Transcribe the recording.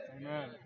Amen